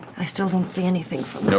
i still don't see anything from so